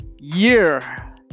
year